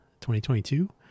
2022